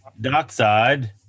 Dockside